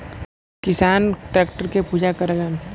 किसान टैक्टर के पूजा करलन